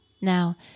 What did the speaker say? Now